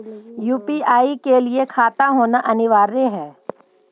UPI के लिए खाता होना अनिवार्य है?